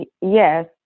Yes